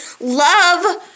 love